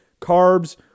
carbs